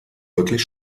wirklich